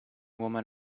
woman